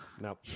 no